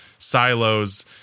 silos